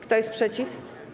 Kto jest przeciw?